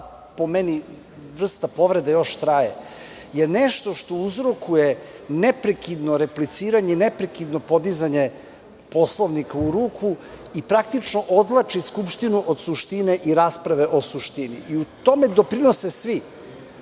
i ta vrsta povrede još traje, jer nešto što uzrokuje neprekidno repliciranje i neprekidno podizanje Poslovnika u ruku i odvlači Skupštinu od suštine i rasprave o suštini. Tome doprinose svi.